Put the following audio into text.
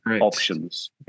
options